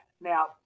Now